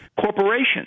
corporations